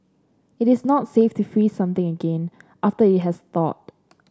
it is not safe to freeze something again after it has thawed